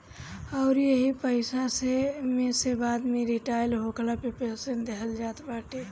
अउरी एही पईसा में से बाद में रिटायर होखला पे पेंशन देहल जात बाटे